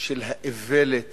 של האיוולת